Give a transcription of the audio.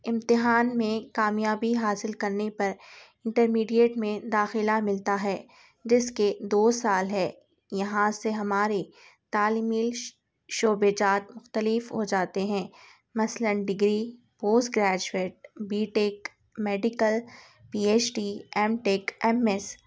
امتحان میں کامیابی حاصل کرنے پر انٹرمیڈیٹ میں داخلہ ملتا ہے جس کے دو سال ہے یہاں سے ہمارے تعلیمی شعبہ جات مختلف ہو جاتے ہیں مثلا degree post graduate B tech medical P H D M tech M S